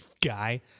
guy